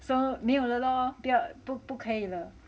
so 没有了咯表不不可以了